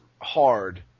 hard